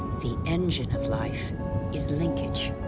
the engine of life is linkage.